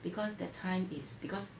because that time is because